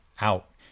out